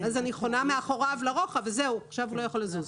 אני חונה מאחוריו לרוחב ועכשיו הוא לא יכול לזוז.